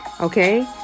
okay